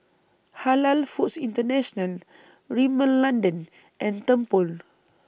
Halal Foods International Rimmel London and Tempur